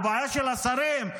הוא בעיה של השרים,